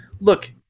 look